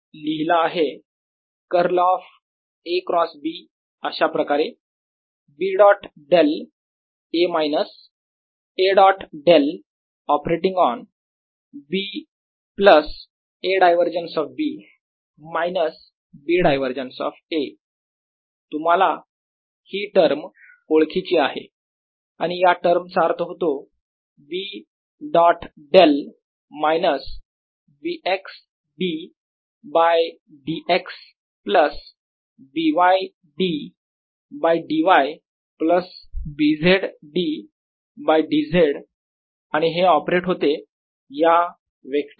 A मी लिहिला आहे curl of A cross B अशाप्रकारे B dot del A minus A dot del operating on B plus A divergence of B minus B divergence of A तुम्हाला ही term ओळखीची आहे आणि या टर्म चा अर्थ होतो B dot del minus B x D by D x plus B y D by D y plus B z D by D z आणि हे ऑपरेट होते या वेक्टर A वर